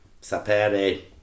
sapere